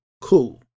Cool